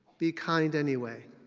be kind anyway.